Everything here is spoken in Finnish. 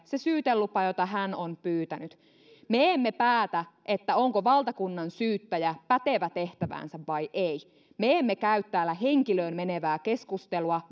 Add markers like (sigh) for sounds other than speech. se syytelupa jota hän on pyytänyt me emme päätä onko valtakunnansyyttäjä pätevä tehtäväänsä vai ei ei me emme käy täällä henkilöön menevää keskustelua (unintelligible)